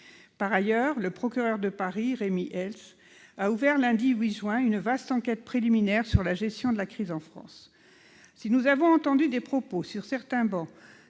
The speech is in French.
Par ailleurs, le procureur de Paris, Rémy Heitz, a ouvert lundi 8 juin une vaste enquête préliminaire sur la gestion de la crise en France. Si nous avons entendu des propos, sur certaines travées,